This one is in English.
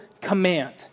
command